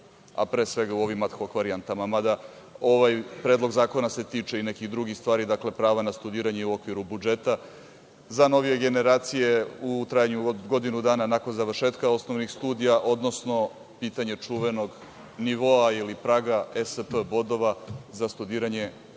a pre svega u ovim ad hok varijantama, mada ovaj predlog zakona se tiče i nekih drugih stvari, dakle, prava na studiranje i u okviru budžeta za novije generacije u trajanju od godinu dana nakon završetka osnovnih studija, odnosno pitanje čuvenog nivoa ili praga ESP bodova za studiranje po